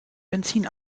benzin